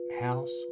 house